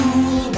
Cool